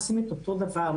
עושים את אותו דבר,